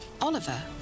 Oliver